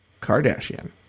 Kardashian